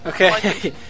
Okay